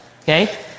Okay